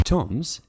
Tom's